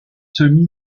semi